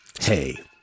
hey